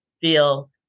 feel